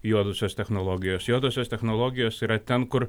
juodosios technologijos juodosios technologijos yra ten kur